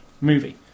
movie